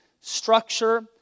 structure